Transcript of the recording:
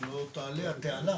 שלא תעלה הטענה